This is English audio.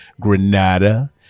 Granada